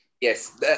Yes